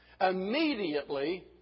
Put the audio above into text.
Immediately